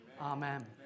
Amen